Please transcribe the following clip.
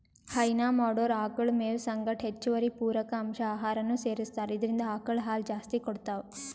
ಹೈನಾ ಮಾಡೊರ್ ಆಕಳ್ ಮೇವ್ ಸಂಗಟ್ ಹೆಚ್ಚುವರಿ ಪೂರಕ ಅಂಶ್ ಆಹಾರನೂ ಸೆರಸ್ತಾರ್ ಇದ್ರಿಂದ್ ಆಕಳ್ ಹಾಲ್ ಜಾಸ್ತಿ ಕೊಡ್ತಾವ್